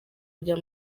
kugira